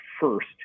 first